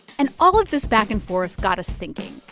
and all of this back-and-forth got us thinking.